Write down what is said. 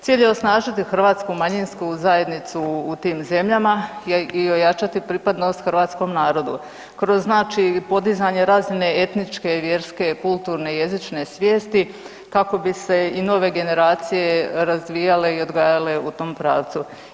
Cilj je osnažiti hrvatsku manjinsku zajednicu u tim zemljama i ojačati pripadnost hrvatskom narodu kroz znači podizanje razine etničke, vjerske, kulturne i jezične svijesti kako bi se i nove generacije razvijale i odgajale u tom pravcu.